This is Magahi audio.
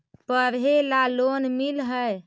पढ़े ला लोन मिल है?